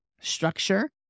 structure